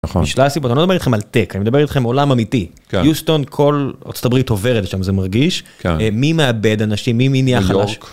יש שלל סיבות אני לא מדבר איתכם על טק אני מדבר איתכם עולם אמיתי יוסטון כל ארצות הברית עוברת שם זה מרגיש מי מאבד אנשים מי מי נהיה חלש.